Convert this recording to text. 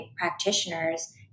practitioners